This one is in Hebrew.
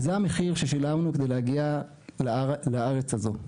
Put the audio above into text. וזה המחיר ששילמנו כדי להגיע לארץ הזו,